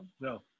No